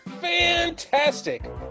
fantastic